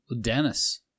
Dennis